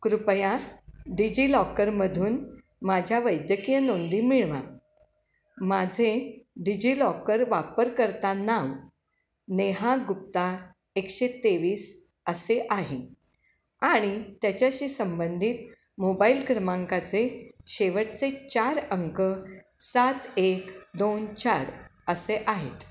कृपया डिजिलॉकरमधून माझ्या वैद्यकीय नोंदी मिळवा माझे डिजिलॉकर वापरकर्ता नाव नेहा गुप्ता एकशे तेवीस असे आहे आणि त्याच्याशी संबंधित मोबाईल क्रमांकाचे शेवटचे चार अंक सात एक दोन चार असे आहेत